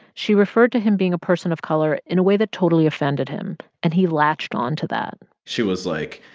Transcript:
she referred to him being a person of color in a way that totally offended him. and he latched onto that she was like,